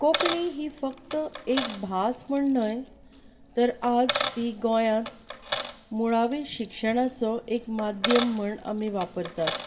कोंकणी ही फकत एक भास म्हूण न्हय तर आयज ती गोंयाक मुळाव्या शिक्षणाचो एक माध्यम म्हूण आमी वापरतात